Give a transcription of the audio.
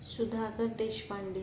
Sudhak Deshpande